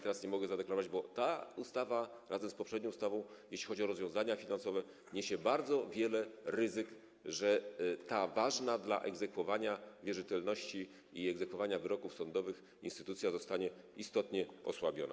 Teraz nie mogę tego zadeklarować, bo ta ustawa razem z poprzednią ustawą, jeśli chodzi o rozwiązania finansowe, niesie bardzo duże ryzyko, że ta ważna dla egzekwowania wierzytelności i egzekwowania wyroków sądowych instytucja zostanie istotnie osłabiona.